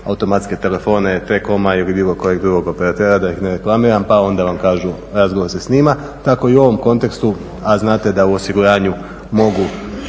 automatske telefone T-Coma ili bilo kojeg drugog operatera, da ih ne reklamiram pa onda vam kažu razgovor se snima. Tako i u ovom kontekstu, a znate da u osiguranju mogu